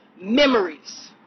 memories